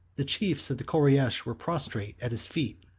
the chiefs of the koreish were prostrate at his feet.